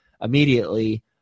immediately